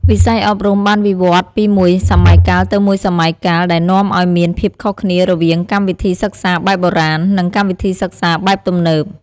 វិស័យអប់រំបានវិវឌ្ឍន៍ពីមួយសម័យកាលទៅមួយសម័យកាល ដែលនាំឱ្យមានភាពខុសគ្នារវាងកម្មវិធីសិក្សាបែបបុរាណ និងកម្មវិធីសិក្សាបែបទំនើប។